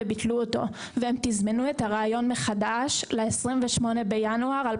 ביטלו אותו והם תזמנו את הראיון מחדש לתאריך ה-28 בינואר 2024,